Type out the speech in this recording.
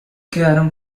quedaron